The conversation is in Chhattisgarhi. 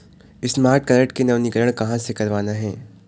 स्मार्ट कारड के नवीनीकरण कहां से करवाना हे?